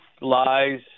lies